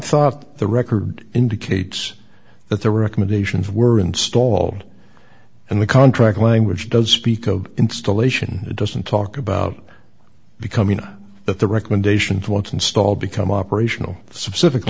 thought the record indicates that the recommendations were installed and the contract language does speak oh installation doesn't talk about becoming but the recommendations once installed become operational specific